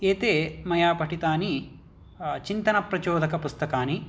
एते मया पठितानि चिन्तनप्रचोदकपुस्तकानि